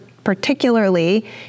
particularly